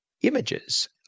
images